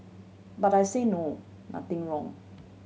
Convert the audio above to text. but I say no nothing wrong